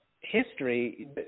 history